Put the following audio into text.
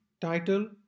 title